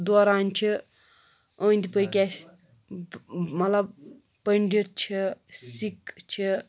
دوران چھِ أنٛدۍ پٔکۍ اَسہِ مطلب پنڈِتھ چھِ سِکھ چھِ